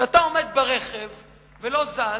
כשאתה עומד ברכב ולא זז,